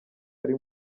ari